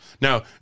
Now